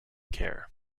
care